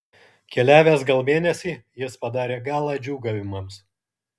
keliavęs gal mėnesį jis padarė galą džiūgavimams